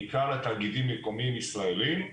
בעיקר לתאגידים מקומיים ישראלים,